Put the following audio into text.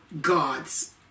gods